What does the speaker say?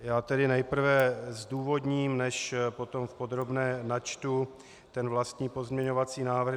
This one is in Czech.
Já tedy nejprve zdůvodním, než potom v podrobné načtu ten vlastní pozměňovací návrh.